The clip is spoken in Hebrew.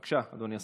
בבקשה, אדוני השר.